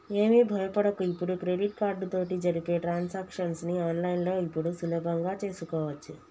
ఏమి భయపడకు ఇప్పుడు క్రెడిట్ కార్డు తోటి జరిపే ట్రాన్సాక్షన్స్ ని ఆన్లైన్లో ఇప్పుడు సులభంగా చేసుకోవచ్చు